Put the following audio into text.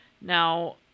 Now